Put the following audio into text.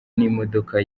n’imodoka